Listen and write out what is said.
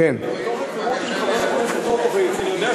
קודם כול אנחנו מודים